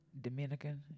Dominican